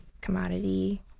commodity